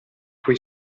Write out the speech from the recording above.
quei